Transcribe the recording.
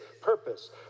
purpose